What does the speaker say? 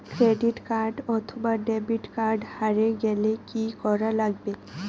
Credit card অথবা debit card হারে গেলে কি করা লাগবে?